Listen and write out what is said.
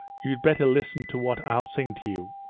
you'd better listen to what i'll sing to you.